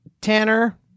Tanner